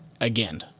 again